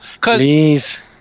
Please